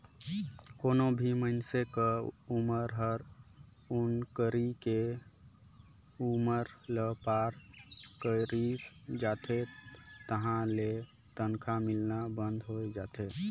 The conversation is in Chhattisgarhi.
कोनो भी मइनसे क उमर हर नउकरी के उमर ल पार कइर जाथे तहां ले तनखा मिलना बंद होय जाथे